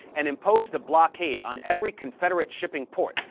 and imposed a blockade on every confederate shipping port,